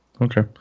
Okay